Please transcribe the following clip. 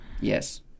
Yes